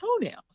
toenails